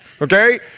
okay